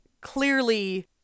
clearly